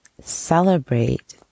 celebrate